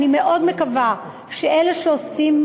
אני מאוד מקווה שאלה שעושים,